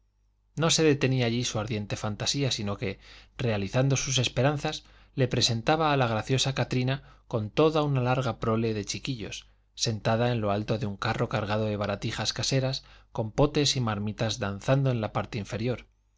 no se detenía allí su ardiente fantasía sino que realizando sus esperanzas le presentaba a la graciosa katrina con toda una larga prole de chiquillos sentada en lo alto de un carro cargado de baratijas caseras con potes y marmitas danzando en la parte inferior